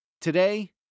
Today